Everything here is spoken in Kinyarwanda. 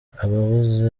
ababuze